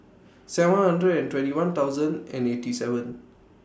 seven hundred and twenty one thousand and eighty seven